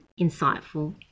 insightful